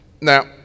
Now